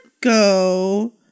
go